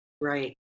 Right